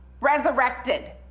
resurrected